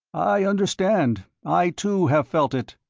i understand. i, too, have felt it.